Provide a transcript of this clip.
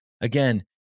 Again